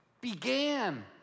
began